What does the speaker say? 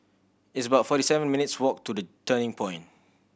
it's about forty seven minutes' walk to The Turning Point